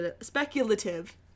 speculative